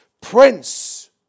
prince